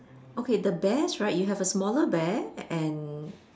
okay the bears right you have a smaller bear and